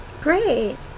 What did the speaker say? Great